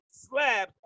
slab